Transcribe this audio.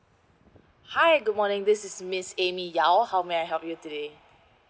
hi good morning this is miss A M Y Y A O how may I help you today